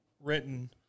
written